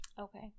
Okay